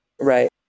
right